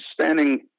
standing